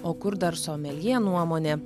o kur dar someljė nuomonė